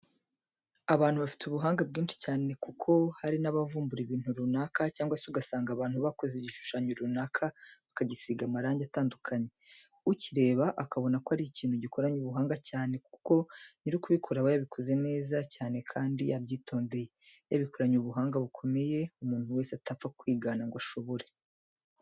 Abantu bafite ubuhanga bwinshi cyane kuko hari n'abavumbura ibintu runaka, cyangwa se ugasanga abantu bakoze igishushanyo runaka bakagisiga amarangi atandukanye, ukireba akabona ko ari ikintu gikoranye ubuhanga cyane kuko nyiri kubikora aba yabikoze neza cyane kandi yabyitondeye, yabikoranye ubuhanga bukomeye umuntu wese atapfa kwigana ngo abishobore.